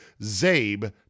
ZABE